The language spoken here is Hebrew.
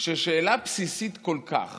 ששאלה בסיסית כל כך